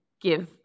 give